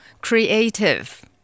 Creative